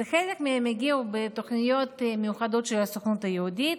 חלק מהם הגיעו בתוכניות מיוחדות של הסוכנות היהודית,